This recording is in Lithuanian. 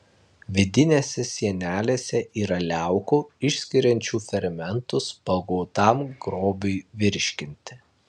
vidinėse sienelėse yra liaukų išskiriančių fermentus pagautam grobiui virškinti